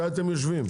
אז מתי אתם יושבים?